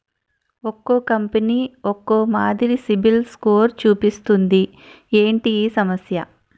ఒక్కో కంపెనీ ఒక్కో మాదిరి సిబిల్ స్కోర్ చూపిస్తుంది ఏంటి ఈ సమస్య?